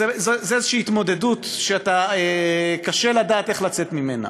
זו איזושהי התמודדות שקשה לדעת איך לצאת ממנה.